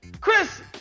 Chris